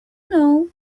know